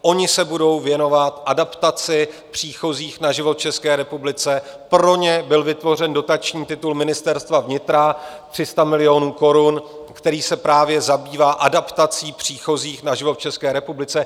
Oni se budou věnovat adaptaci příchozích na život v České republice, pro ně byl vytvořen dotační titul ministerstva vnitra 300 milionů korun, který se právě zabývá adaptací příchozích na život v České republice.